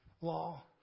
law